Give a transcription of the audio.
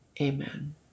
amen